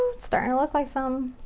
starting to look like so um